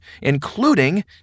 including